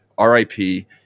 RIP